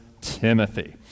Timothy